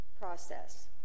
process